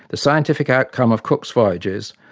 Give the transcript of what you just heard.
the scientific outcome of cook's voyages,